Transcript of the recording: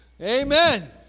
Amen